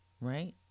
right